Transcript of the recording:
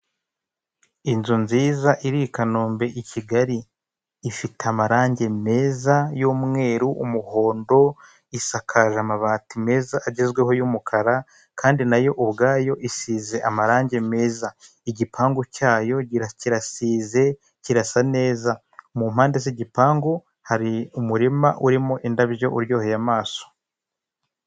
Inzu nziza iri i Kanombe i Kigali ifite amarangi meza y'umweru, umuhondo isakaje amabati meza agezweho y'umukara kandi nayo ubwayo isize amarange meza. Igipangu cyayo kirasize kirasa neza, mu mpande z'igipangu hari umurima urimo indabyo uryoheye amaso